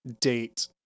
date